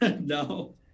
No